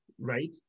right